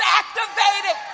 activated